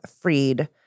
freed